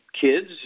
kids